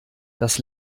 das